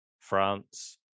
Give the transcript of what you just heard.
France